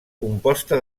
composta